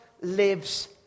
lives